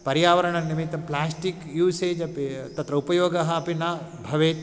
पर्यावरणनिमित्तं plastic usage अपि तत्र उपयोगः अपि न भवेत्